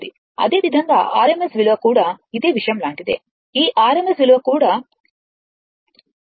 అదేవిధంగా RMS విలువ కూడా ఇదే విషయం లాంటిదే ఈ RMS విలువ కూడా 2√